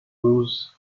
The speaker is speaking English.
cues